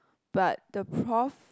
but the prof